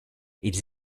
ils